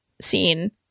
scene